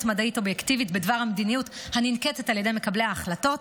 מדעית אובייקטיבית בדבר המדיניות הננקטת על ידי מקבלי ההחלטות,